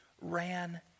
ran